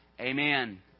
Amen